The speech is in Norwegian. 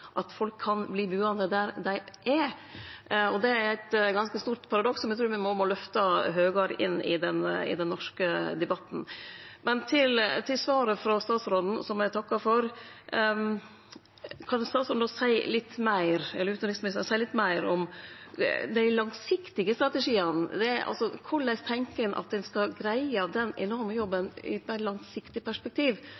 at folk kan verte buande der dei er. Det er eit ganske stort paradoks som eg trur me må løfte høgare i den norske debatten. Til svaret frå utanriksministeren, som eg takkar for, kan utanriksministeren seie litt meir om dei langsiktige strategiane? Korleis tenkjer ein at ein skal greie den enorme jobben